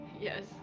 Yes